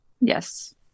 Yes